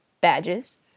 badges